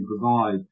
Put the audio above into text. provide